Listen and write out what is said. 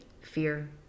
Fear